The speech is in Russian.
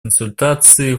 консультации